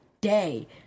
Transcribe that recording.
day